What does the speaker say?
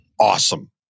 awesome